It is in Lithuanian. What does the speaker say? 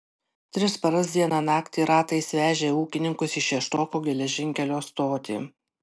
tris paras dieną naktį ratais vežė ūkininkus į šeštokų geležinkelio stotį